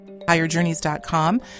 higherjourneys.com